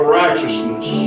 righteousness